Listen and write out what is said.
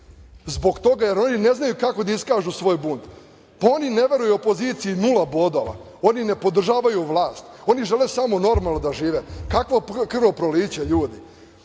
Zbog toga jer oni ne znaju kako da iskažu svoj bunt. Oni ne veruju opoziciji, nula bodova. Oni ne podržavaju vlast, oni žele samo normalno da žive. Kakvo krvoproliće,